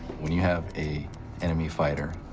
when you have a enemy fighter,